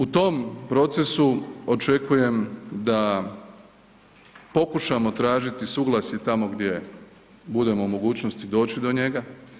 U tom procesu očekujem da pokušamo tražiti suglasje tamo gdje budemo u mogućnosti doći do njega.